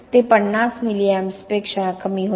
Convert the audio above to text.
ते 50 milliamps पेक्षा कमी होते